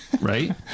right